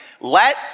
Let